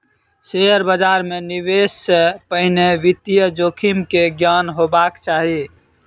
share बाजार मे निवेश से पहिने वित्तीय जोखिम के ज्ञान हेबाक चाही